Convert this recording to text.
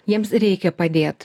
jiems reikia padėt